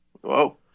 Whoa